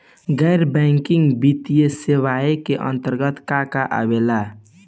गैर बैंकिंग वित्तीय सेवाए के अन्तरगत का का आवेला?